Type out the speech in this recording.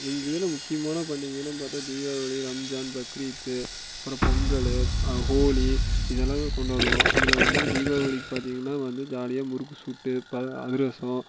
எங்கள் இதில் முக்கியமான பண்டிகைகளெல்லாம் பார்த்தா தீபாவளி ரம்ஜான் பக்ரீத்து அப்புறோம் பொங்கலு ஹோலி இதெல்லாம் கொண்டாடுவோம் இதில் வந்து தீபாவளிக்கு பார்த்திங்கனா வந்து ஜாலியாக முறுக்கு சுட்டு பல அதிரசோம்